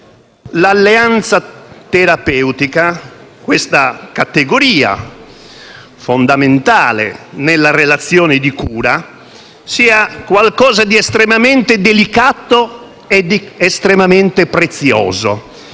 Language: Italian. l'alleanza terapeutica - questa categoria fondamentale nella relazione di cura - sia qualcosa di estremamente delicato e di estremamente prezioso,